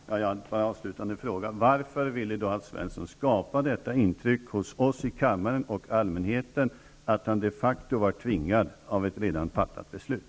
Fru talman! Jag vill ställa en avslutande fråga: Varför ville Alf Svensson skapa detta intryck hos oss i kammaren och hos allmänheten, att han de facto var tvingad av ett redan fattat beslut?